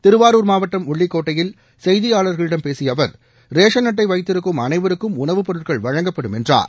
திருவாரூர் மாவட்டம் உள்ளிக்கோட்டையில் செய்தியாளர்களிடம் பேசிய அவர் ரேஷன் அட்டை வைத்திருக்கும் அனைவருக்கும் உணவுப் பொருட்கள் வழங்கப்படும் என்றார்